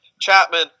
Chapman